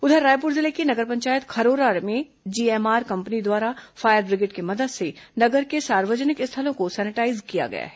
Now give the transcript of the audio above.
उधर रायपुर जिले की नगर पंचायत खरोरा में जीएमआर कंपनी द्वारा फायर ब्रिगेड की मदद से नगर के सार्वजनिक स्थलों को सेनिटाईज किया गया है